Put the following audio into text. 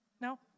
No